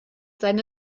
seine